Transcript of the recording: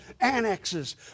annexes